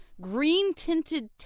green-tinted